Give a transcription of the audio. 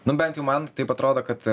nu bent jau man taip atrodo kad